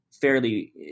fairly